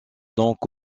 donc